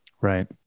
Right